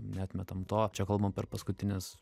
neatmetam to čia kalbam per paskutinius